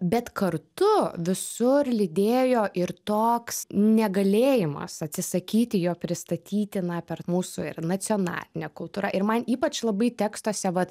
bet kartu visur lydėjo ir toks negalėjimas atsisakyti jo pristatyti na per mūsų ir nacionalinę kultūra ir man ypač labai tekstuose vat